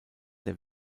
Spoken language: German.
der